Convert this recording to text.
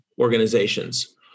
organizations